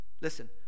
Listen